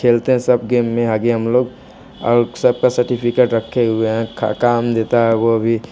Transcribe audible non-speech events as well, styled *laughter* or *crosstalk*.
खेलते हैं सब गेम में आगे हम लोग और सबका सर्टिफिकेट रखे हुए हैं *unintelligible* काम देता है वो अभी